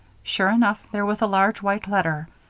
sure enough, there was a large white letter,